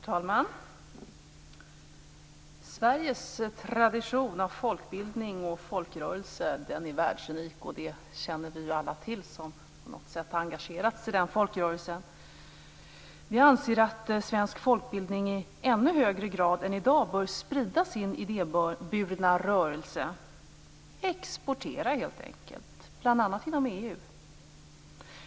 Herr talman! Sveriges tradition av folkbildning och folkrörelser är världsunik. Det känner alla vi som på något sätt har engagerat oss i den folkrörelsen till. Vi anser att svensk folkbildning i ännu högre grad än i dag bör sprida sin idéburna rörelse - helt enkelt exportera, bl.a. inom EU.